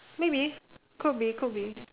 maybe could be could be